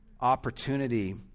opportunity